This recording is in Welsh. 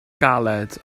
galed